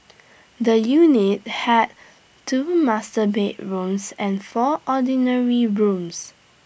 the unit had two master bedrooms and four ordinary rooms